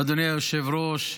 אדוני היושב-ראש,